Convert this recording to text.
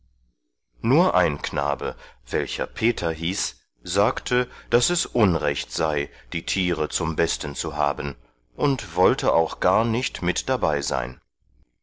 nur ein knabe welcher peter hieß sagte daß es unrecht sei die tiere zum besten zu haben und wollte auch gar nicht mit dabei sein